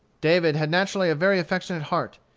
david had naturally a very affectionate heart.